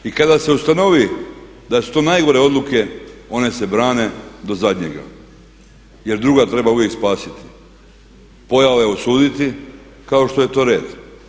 I kada se ustanovi da su to najgore odluke one se brane do zadnjega jer druga treba uvijek spasiti, pojave osuditi kao što je to red.